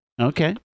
Okay